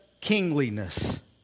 kingliness